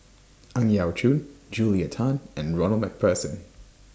Ang Yau Choon Julia Tan and Ronald MacPherson